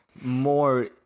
more